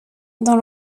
dans